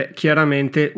chiaramente